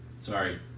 Sorry